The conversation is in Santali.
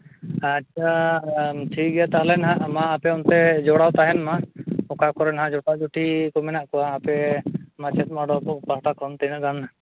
ᱟᱪᱪᱷᱟ ᱴᱷᱤᱠᱜᱮᱭᱟ ᱛᱟᱦᱚᱞᱮ ᱱᱟᱦᱟᱸᱜ ᱢᱟ ᱟᱯᱮ ᱚᱱᱛᱮ ᱡᱚᱲᱟᱣ ᱛᱟᱦᱮᱱ ᱢᱟ ᱚᱠᱟ ᱠᱚᱨᱮ ᱱᱟᱦᱟᱸᱜ ᱡᱚᱴᱟᱼᱡᱩᱴᱤ ᱠᱚ ᱢᱮᱱᱟᱜ ᱠᱚᱣᱟ ᱟᱯᱮ ᱢᱟᱪᱮᱫ ᱢᱱᱟᱰᱣᱟ ᱠᱚ ᱯᱟᱦᱴᱟ ᱠᱷᱚᱱ ᱛᱤᱱᱟᱹᱜ ᱜᱟᱱ